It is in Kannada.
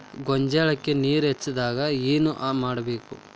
ಗೊಂಜಾಳಕ್ಕ ನೇರ ಹೆಚ್ಚಾದಾಗ ಏನ್ ಮಾಡಬೇಕ್?